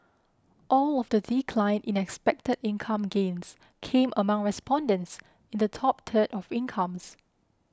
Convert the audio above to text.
all of the decline in expected income gains came among respondents in the top third of incomes